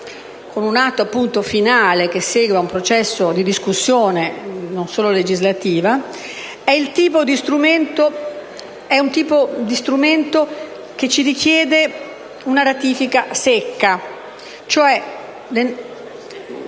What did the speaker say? con un atto finale, che segue un processo di discussione non solo legislativa, è un tipo di strumento che ci richiede una ratifica «secca»,